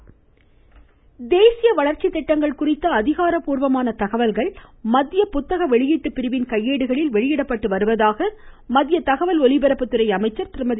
ஸ்மிருதி இரானி தேசிய வளர்ச்சி திட்டங்கள் குறித்த அதிகாரப்பூர்வமான தகவல்கள் மத்திய புத்தக வெளியீட்டு பிரிவின் கையேடுகளில் வெளியிடப்பட்டு வருவதாக மத்திய தகவல் ஒலிபரப்புத்துறை அமைச்சர் திருமதி